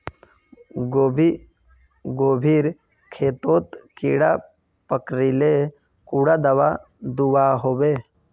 गोभी गोभिर खेतोत कीड़ा पकरिले कुंडा दाबा दुआहोबे?